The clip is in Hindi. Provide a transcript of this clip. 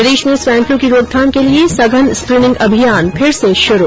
प्रदेश में स्वाईन फ्लू की रोकथाम के लिये सघन स्क्रीनिंग अभियान फिर से शुरू